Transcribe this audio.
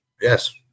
Yes